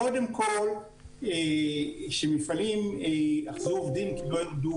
קודם כול, לגבי זה שמפעלים שאחזו עובדים לא ירדו